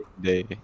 day